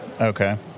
Okay